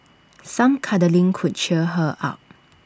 some cuddling could cheer her up